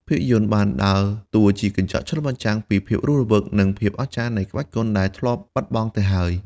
ភាពយន្តបានដើរតួជាកញ្ចក់ឆ្លុះបញ្ចាំងពីភាពរស់រវើក និងភាពអស្ចារ្យនៃក្បាច់គុណដែលធ្លាប់បាត់បង់ទៅហើយ។